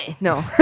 No